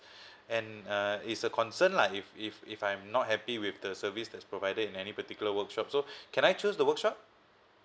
and uh is a concern lah if if if I'm not happy with service that's provided in any particular workshop so can I choose the workshop